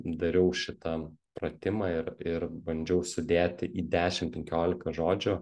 dariau šitą pratimą ir ir bandžiau sudėti į dešim penkiolika žodžių